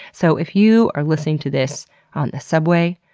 so if you are listening to this on the subway,